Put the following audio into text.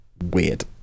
weird